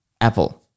Apple